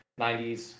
90s